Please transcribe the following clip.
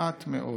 מעט מאוד.